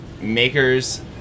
makers